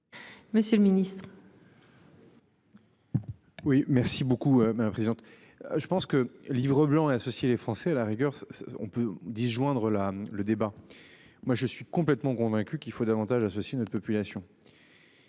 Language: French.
Monsieur le ministre.